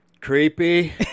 Creepy